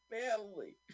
family